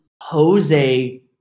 Jose